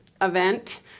event